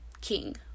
king